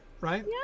right